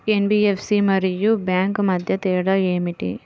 NBFC మరియు bank మధ్య తేడా ఏమిటీ?